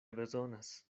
bezonas